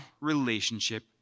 relationship